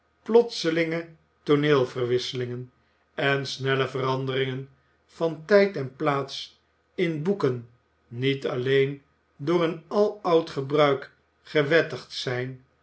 plotselinge tooneelverwisselingen en snelle veranderingen van tijd en plaats in boeken niet alleen door een aloud gebruik gewettigd zijn